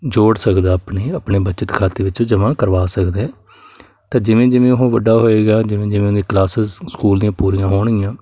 ਜੋੜ ਸਕਦਾ ਆਪਣੇ ਆਪਣੇ ਬਚਤ ਖਾਤੇ ਵਿੱਚ ਜਮ੍ਹਾਂ ਕਰਵਾ ਸਕਦਾ ਹੈ ਤਾਂ ਜਿਵੇਂ ਜਿਵੇਂ ਉਹ ਵੱਡਾ ਹੋਏਗਾ ਜਿਵੇਂ ਜਿਵੇਂ ਉਹਦੇ ਕਲਾਸਸ ਸਕੂਲ ਦੀਆਂ ਪੂਰੀਆਂ ਹੋਣਗੀਆਂ